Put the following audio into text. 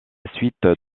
suite